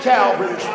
Calvary